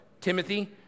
Timothy